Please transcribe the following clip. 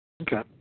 Okay